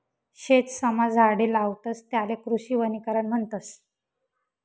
शेतसमा झाडे लावतस त्याले कृषी वनीकरण म्हणतस